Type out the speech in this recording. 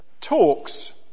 talks